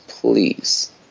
Please